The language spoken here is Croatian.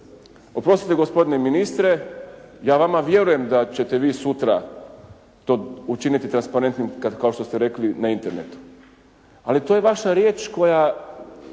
Oprostite gospodine ministre ja vama vjerujem da ćete vi sutra to učiniti transparentnim kao što ste rekli na internetu ali to je vaša riječ koja